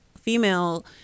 female